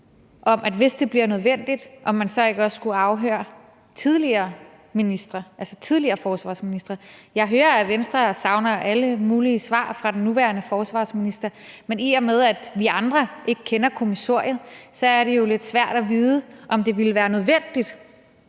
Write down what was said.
om man, hvis det bliver nødvendigt, ikke også skulle afhøre tidligere ministre, altså tidligere forsvarsministre. Jeg hører, at Venstre savner alle mulige svar fra den nuværende forsvarsminister, men i og med at vi andre ikke kender kommissoriet, er det jo lidt svært at vide, om det ville være nødvendigt